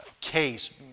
case